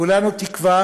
כולנו תקווה